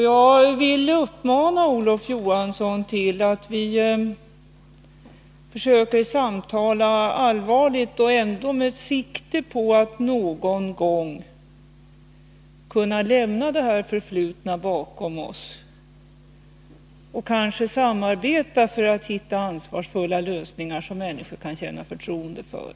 Jag vill uppmana Olof Johansson att försöka samtala allvarligt med sikte på att vi någon gång skall kunna lämna det förflutna bakom oss och kanske kunna samarbeta för att hitta ansvarsfulla lösningar som människorna kan känna förtroende för.